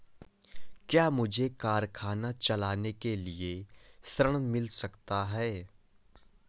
क्या मुझे कारखाना चलाने के लिए ऋण मिल सकता है?